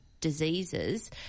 diseases